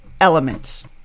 Elements